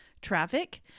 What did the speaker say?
traffic